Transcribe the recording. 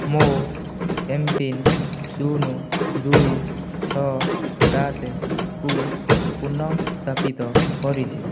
ମୋ M PIN ଶୂନ ଦୁଇ ଛଅ ସାତକୁ ପୂର୍ଣ୍ଣ ସ୍ଥାପିତ କରିଛି